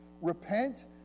Repent